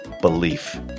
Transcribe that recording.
belief